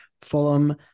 Fulham